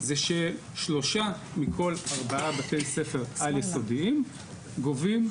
זה ששלושה מכל ארבעה בתי ספר על יסודיים גובים,